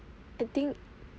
I think